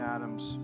Adams